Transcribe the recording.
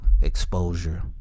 Exposure